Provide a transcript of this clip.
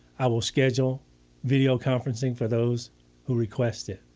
i will schedule video conferencing for those who request it.